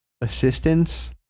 assistance